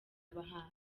abahanzi